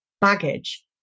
baggage